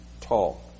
tall